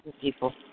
people